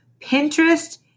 Pinterest